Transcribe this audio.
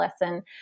lesson